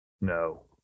No